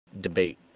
debate